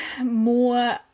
more